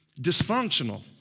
dysfunctional